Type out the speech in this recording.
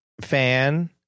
fan